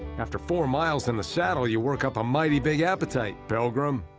after four miles in the saddle, you work up a mighty big appetite, pilgrim!